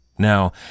Now